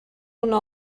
una